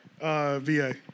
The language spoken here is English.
VA